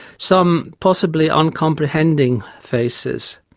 some possibly uncomprehending faces,